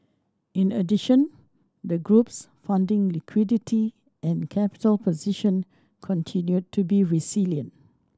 in addition the group's funding liquidity and capital position continued to be resilient